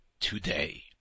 today